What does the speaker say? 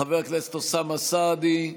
חבר הכנסת אוסמה סעדי,